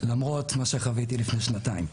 למרות מה שחוויתי לפני שנתיים.